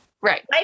Right